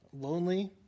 lonely